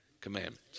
commandments